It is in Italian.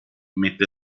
mette